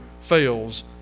fails